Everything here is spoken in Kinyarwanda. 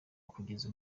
ukugeza